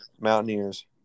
Mountaineers